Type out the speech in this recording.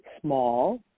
small